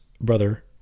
brother